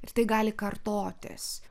ir tai gali kartotis